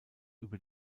über